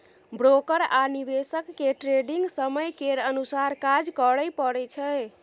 broker आ निवेशक केँ ट्रेडिग समय केर अनुसार काज करय परय छै